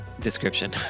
description